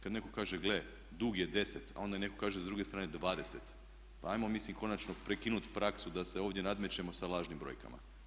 Kad netko kaže gle, dug je 10 a onda netko kaže i s druge strane 20, pa ajmo mislim konačno prekinuti praksu da se ovdje nadmećemo sa lažnim brojkama.